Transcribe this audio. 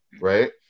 right